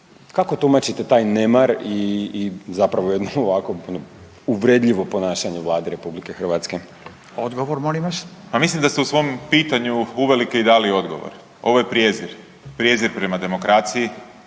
Kako tumačite taj nemar i zapravo jedno ovako uvredljivo ponašanje Vlade RH? **Radin, Furio (Nezavisni)** Odgovor molim vas. **Grbin, Peđa (SDP)** Pa mislim da ste u svom pitanju uvelike i dali odgovor. Ovo je prijezir, prijezir prema demokraciji,